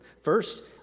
First